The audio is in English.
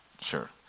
sure